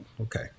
okay